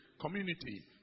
community